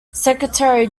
secretary